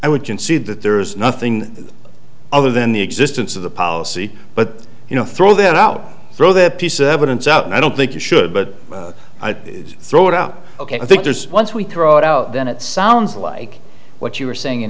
i would concede that there is nothing other than the existence of the policy but you know throw that out throw the piece of evidence out and i don't think you should but i'd throw it out ok i think there's once we throw it out then it sounds like what you were saying